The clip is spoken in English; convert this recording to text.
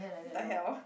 !what the hell!